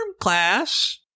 class